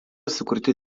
sukurti